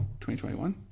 2021